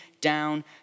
down